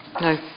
No